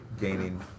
gaining